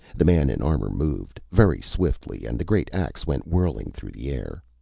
the man in armor moved, very swiftly, and the great axe went whirling through the air.